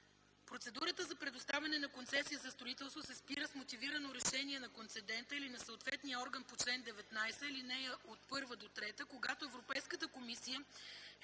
Процедурата за предоставяне на концесия за строителство се спира с мотивирано решение на концедента или на съответния орган по чл. 19, алинеи 1-3, когато Европейската комисия е